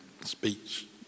speech